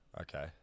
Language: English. Okay